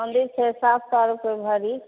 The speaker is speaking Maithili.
चाँदी छै सात सए रुपये भरी